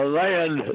land